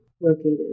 located